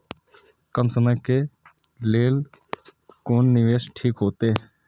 कम समय के लेल कोन निवेश ठीक होते?